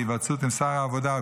בהיוועצות עם שר העבודה,